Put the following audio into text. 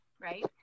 right